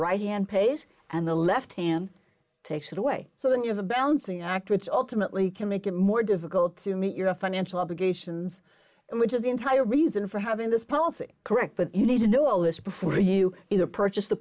right hand pays and the left hand takes it away so then you have a balancing act which ultimately can make it more difficult to meet your financial obligations which is the entire reason for having this policy correct but you need to know all this before you either purchase the